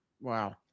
Wow